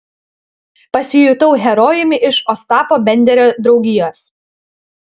pasijutau herojumi iš ostapo benderio draugijos